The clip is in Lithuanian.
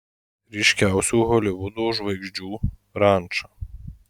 ryškiausių holivudo žvaigždžių ranča